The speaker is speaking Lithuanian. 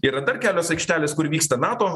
yra dar kelios aikštelės kur vyksta nato